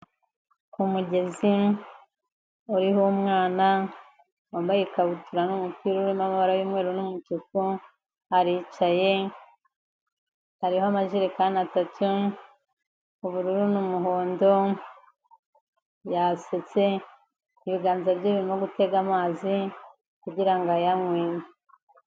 Ku mugezi uriho umwana wambaye ikabutura n'umupira urimo amabara y'umweru n'umutuku, aricaye hariho amayerikani atatu ubururu n'umuhondo, yasetse ibiganza bye birimo gutega amazi kugira ngo ayanywe.